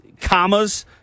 commas